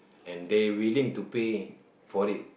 and they willing to pay for it